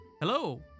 Hello